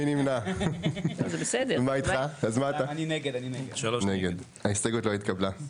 3 נמנעים, 0 ההסתייגות לא התקבלה.